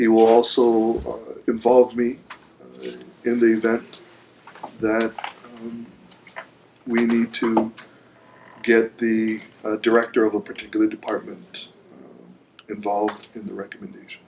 it will also will involve me in the event that we need to get the director of a particular department involved in the recommendation